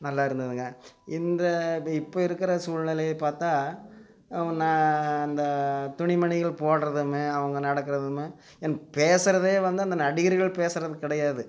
நல்லா இருந்ததுங்க இந்த இப்போ இருக்கிற சூழ்நிலையப் பார்த்தா உ நா இந்தத் துணிமணிகள் போடுறதுமே அவங்க நடக்கிறதுமே ஏன் பேசுறதே வந்து அந்த நடிகர்கள் பேசுறதுக் கிடையாது